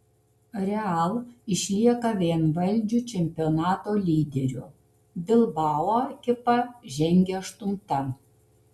real išlieka vienvaldžiu čempionato lyderiu bilbao ekipa žengia aštunta